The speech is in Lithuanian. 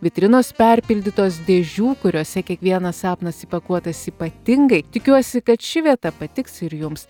vitrinos perpildytos dėžių kuriose kiekvienas sapnas įpakuotas ypatingai tikiuosi kad ši vieta patiks ir jums